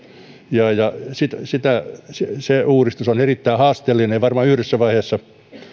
ja ja se se uudistus on erittäin haasteellinen eikä varmaan yhdessä vaiheessa